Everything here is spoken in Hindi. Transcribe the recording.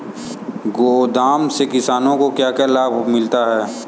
गोदाम से किसानों को क्या क्या लाभ मिलता है?